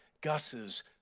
Gus's